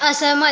असहमत